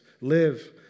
live